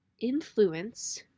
influence